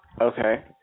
Okay